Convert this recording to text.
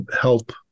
help